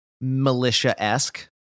militia-esque